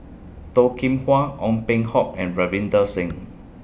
Toh Kim Hwa Ong Peng Hock and Ravinder Singh